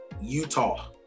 Utah